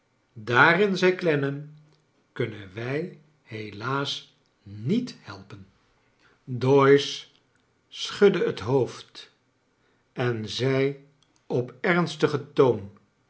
daarin zei clennam kuimen wij helaas niet helpen doyce schudde het hoofd en zei op ernstigen toon